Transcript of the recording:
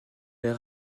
les